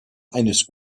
eines